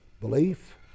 belief